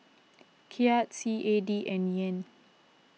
Kyat C A D and Yen